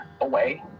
away